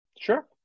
Sure